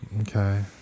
Okay